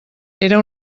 era